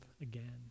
again